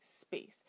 space